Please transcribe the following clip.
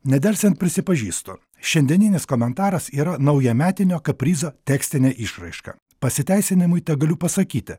nedelsiant prisipažįstu šiandieninis komentaras yra naujametinio kaprizo tekstinė išraiška pasiteisinimui tegaliu pasakyti